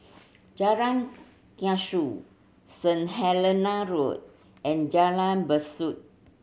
Jalan Kasau Saint Helena Road and Jalan Besut